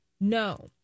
No